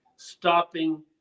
Stopping